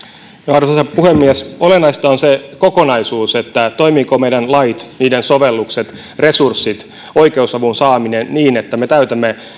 arvoisa puhemies olennaista on se kokonaisuus että toimivatko meidän lait niiden sovellukset resurssit oikeusavun saaminen niin että me täytämme